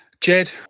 Jed